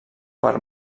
per